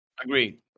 Agreed